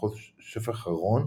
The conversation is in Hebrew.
מחוז שפך הרון,